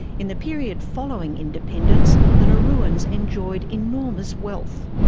in the period following independence, the nauruans enjoyed enormous wealth.